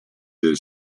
del